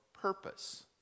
purpose